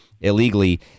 illegally